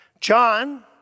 John